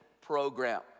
program